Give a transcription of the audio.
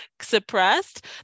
suppressed